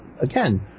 again